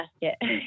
basket